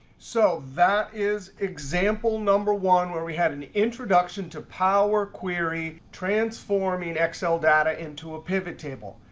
so that is example number one, where we had an introduction to power query transforming excel data into a pivot table.